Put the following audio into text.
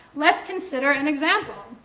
let's consider an example.